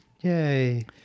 Yay